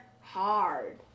hard